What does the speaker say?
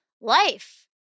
life